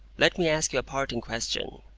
let me ask you a parting question.